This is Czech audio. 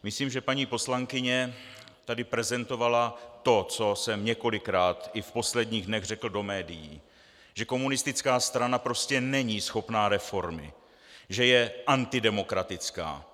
Myslím, že paní poslankyně tady prezentovala to, co jsem několikrát i v posledních dnech řekl do médií, že komunistická strana prostě není schopná reformy, že je antidemokratická.